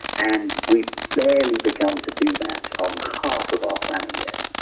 and we've barely begun to do that on half of our planet yet.